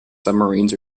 submarines